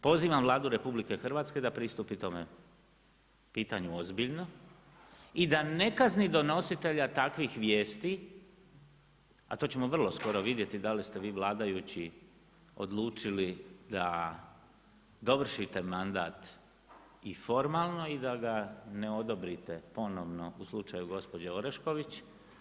Pozivam Vladu RH, da pristupi tome pitanju ozbiljno i da ne kazni donositelja takvih vijesti a to ćemo vrlo skoro vidjeti da li ste v i vladajući odlučili da dovršite mandat i formalno i da ga ne odobrite ponovno u slučaju gospođe Orešković.